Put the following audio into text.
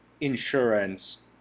insurance